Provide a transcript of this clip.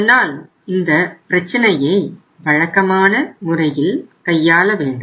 அதனால் இந்தப் பிரச்சனையை வழக்கமான முறையில் கையாள வேண்டும்